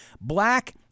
Black